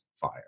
fire